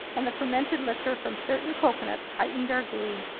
and the fermented liquor from certain coconuts heightened our glee.